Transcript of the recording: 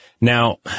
Now